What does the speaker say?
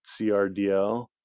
CRDL